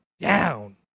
down